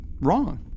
wrong